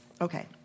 Okay